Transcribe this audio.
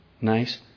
Nice